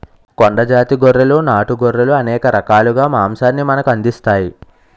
కొండ జాతి గొర్రెలు నాటు గొర్రెలు అనేక రకాలుగా మాంసాన్ని మనకు అందిస్తాయి